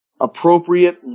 appropriate